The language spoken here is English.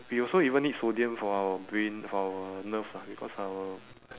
we also even need sodium for our brain for our nerves ah because our